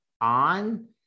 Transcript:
on